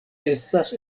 estas